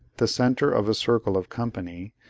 the centre of a circle of company,